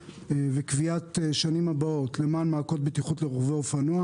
וקביעת שנים הבאות למען מעקות בטיחות לרוכבי אופנוע.